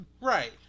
right